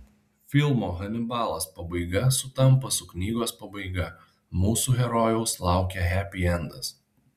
filmo hanibalas pabaiga sutampa su knygos pabaiga mūsų herojaus laukia hepiendas